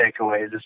takeaways